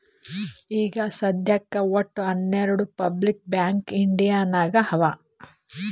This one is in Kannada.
ಈಗ ಸದ್ಯಾಕ್ ವಟ್ಟ ಹನೆರ್ಡು ಪಬ್ಲಿಕ್ ಬ್ಯಾಂಕ್ ಇಂಡಿಯಾ ನಾಗ್ ಅವಾ